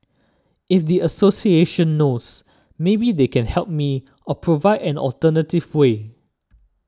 if the association knows maybe they can help me or provide an alternative way